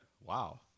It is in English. wow